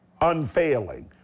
unfailing